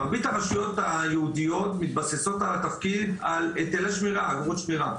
מרבית הרשויות היהודיות מתבססות על אגרות שמירה,